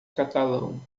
catalão